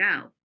go